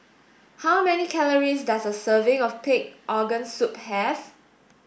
how many calories does a serving of pig organ soup have